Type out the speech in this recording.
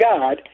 God